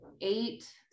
eight